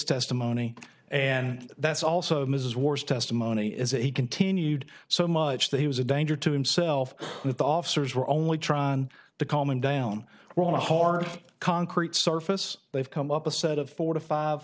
testimony and that's also mrs wars testimony is a continued so much that he was a danger to himself with officers were only trying to calm him down were on a hard concrete surface they've come up a set of four to five